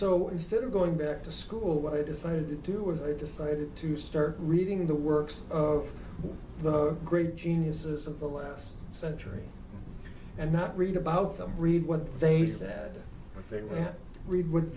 so instead of going back to school what i decided to do was i decided to start reading the works of the great geniuses of the last century and not read about them read what they said they read what